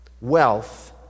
wealth